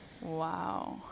wow